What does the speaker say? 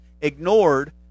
ignored